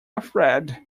afraid